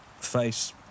face